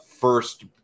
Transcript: first